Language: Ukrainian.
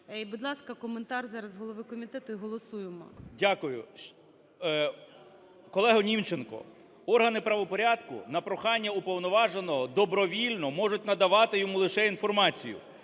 будь ласка, коментар зараз голови комітету, і голосуємо. 17:00:35 КНЯЖИЦЬКИЙ М.Л. Дякую. Колего Німченко, органи правопорядку на прохання уповноваженого добровільно можуть надавати йому лише інформацію.